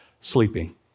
Sleeping